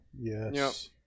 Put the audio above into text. Yes